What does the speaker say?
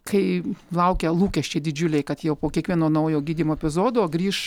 kai laukia lūkesčiai didžiuliai kad jau po kiekvieno naujo gydymo epizodo grįš